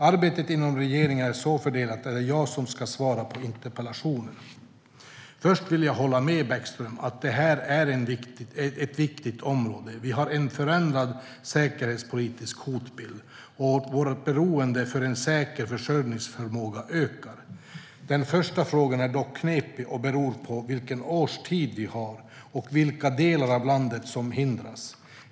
Arbetet inom regeringen är så fördelat att det är jag som ska svara på interpellationen. Först vill jag hålla med Bäckström om att det här är ett viktigt område. Vi har en förändrad säkerhetspolitisk hotbild, och våra beroenden för en säker försörjningsförmåga ökar. Den första frågan är dock knepig och beror på vilken årstid vi har och vilka delar av landet som hindras.